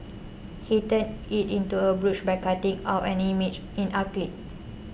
he turned it into a brooch by cutting out an image in acrylic